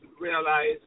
realize